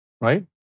Right